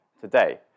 today